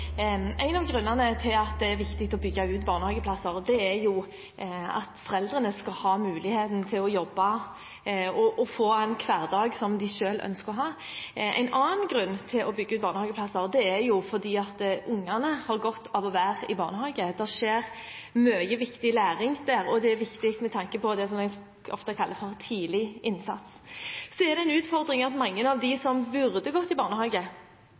viktig å bygge ut barnehageplasser er at foreldrene skal ha mulighet til å jobbe og til å få en hverdag som de selv ønsker å ha. En annen grunn til å bygge ut barnehageplasser er at ungene har godt av å være i barnehage. Det skjer mye viktig læring der, og det er viktig med tanke på det som jeg ofte kaller «tidlig innsats». Det er en utfordring at mange av dem som burde gått i barnehage,